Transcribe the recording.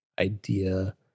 idea